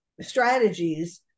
strategies